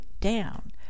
down